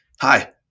hi